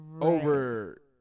over